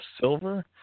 silver